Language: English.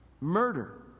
murder